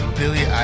billy